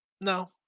No